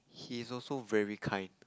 he's also very kind